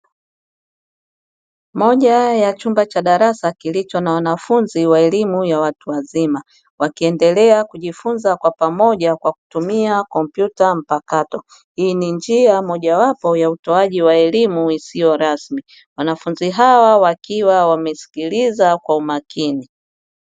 Moja ya chumba cha darasa kilicho na wanafunzi wa elimu ya watu wazima wakiendelea kujifunza kwa pamoja kwa kutumia kompyuta mpakato hii ni njia mojawapo ya utoaji wa elimu isiyo rasmi wanafunzi hao wakiwa wamesikiliza kwa umakini.